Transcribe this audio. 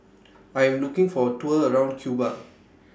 I Am looking For A Tour around Cuba